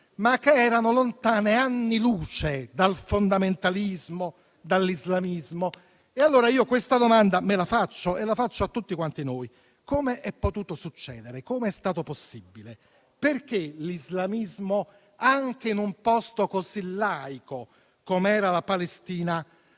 dura, erano lontane anni luce dal fondamentalismo e dall'islamismo. E allora io mi faccio e faccio a tutti quanti noi una domanda: come è potuto succedere? Come è stato possibile? Perché l'islamismo, anche in un posto così laico, come era la Palestina,